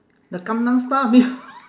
the gangnam style